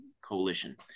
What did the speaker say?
Coalition